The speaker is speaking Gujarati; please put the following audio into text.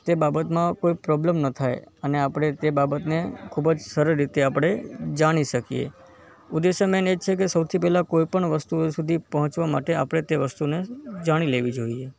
તે બાબતમાં કોઈ પ્રૉબ્લેમ ન થાય અને આપણે તે બાબત ને ખૂબ જ સરળ રીતે આપણે જાણી શકીએ ઉદ્દેશ્ય મેઇન એ જ છે કે સૌથી પહેલાં કોઈપણ વસ્તુ એ સુધી પહોંચવા માટે આપણે તે વસ્તુને જાણી લેવી જોઈએ